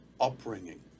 upbringing